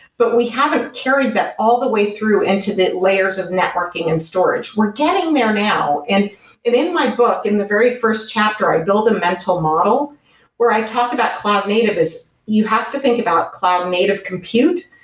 but we haven't carried that all the way through into the layers of networking and storage. we're getting there now. and in in my book, in the very first chapter, i built a mental model where i talk about cloud native, is you have to think about cloud native compute,